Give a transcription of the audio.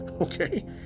Okay